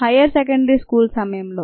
higher secondary school సమయంలో